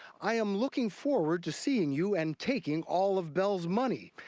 i am looking forward to seeing you and taking all of bell's money.